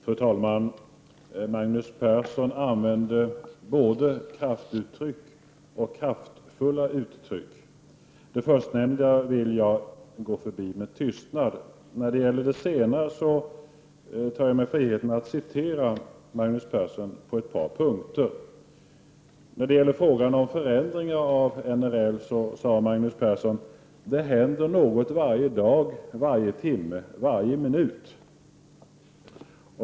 Fru talman! Magnus Persson använde både kraftuttryck och kraftfulla uttryck. Det förstnämnda vill jag gå förbi med tystnad. När det gäller det senare tar jag mig friheten att referera till Magnus Persson på ett par punkter. När det gäller frågan om förändringar av NRL, sade Magnus Persson att det händer något varje dag, varje timme och varje minut.